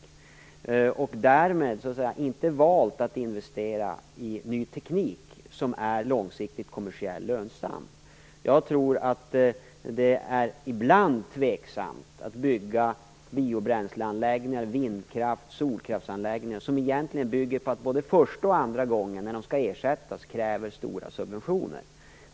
Vi har därmed inte valt att investera i ny teknik som är kommersiellt lönsam på lång sikt. Jag är ibland tveksam till om det är riktigt att bygga biobränsle-, vindkrafts och solkraftsanläggningar som både första och andra gången de skall ersättas kräver stora subventioner.